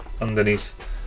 underneath